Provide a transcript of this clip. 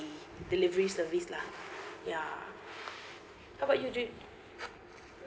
delivery service lah ya how about you